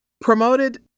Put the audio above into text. Promoted